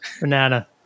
Banana